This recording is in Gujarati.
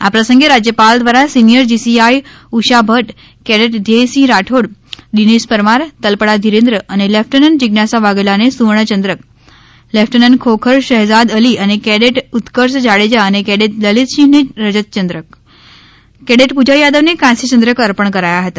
આ પ્રસંગે રાજ્યપાલ દ્વારા senior GCI Usha Bhadd cadet Dhyesingh Rathod Dinesh Parmar Talpada Ghirendra અને લેફ્ટનન્ટ જીજ્ઞાસા વાઘેલાને સુવર્ણ ચંદ્રક લેફ્ટનન્ટ ખોખર શહેઝાદ અલી અને કેડેટ ઉતકર્ષ જાડેજા અને કેડેટ લલીતસિંહને રજત ચંદ્રક કેડેટ પૂજા થાદવ ને કાંસ્ય ચંદ્રક અર્પણ કરાયા હતા